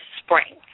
spring